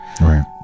Right